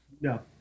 No